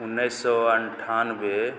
उनैस सओ अनठानवे